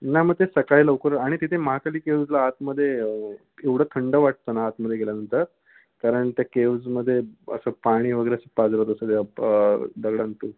नाही मग ते सकाळी लवकर आणि तिथे महाकाली केव्जला आतमध्ये एवढं थंड वाटतं ना आतमध्ये गेल्यानंतर कारण त्या केव्जमध्ये असं पाणी वगैरे असं पाझरत असतं त्या प दगडांतून